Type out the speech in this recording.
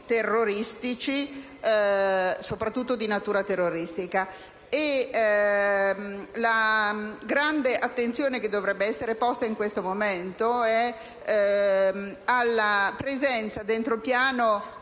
delittuosi, soprattutto di natura terroristica. La grande attenzione che dovrebbe essere posta in questo momento è alla presenza dentro il piano,